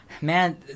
Man